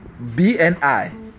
bni